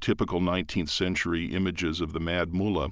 typical nineteenth century images of the mad mullah.